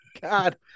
god